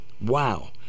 Wow